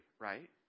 right